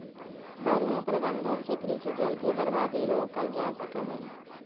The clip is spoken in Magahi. बढ़ियां प्रबंधन से कृषि जल के बर्बादी रोकल जा सकऽ हई